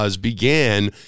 began